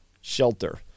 Shelter